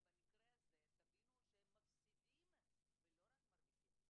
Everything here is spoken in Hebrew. ובמקרה הזה תבינו שהם מפסידים ולא רק מרוויחים.